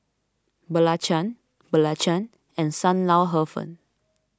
Belacan Belacan and Sam Lau Hor Fun